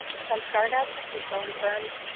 from start-up to growing firms,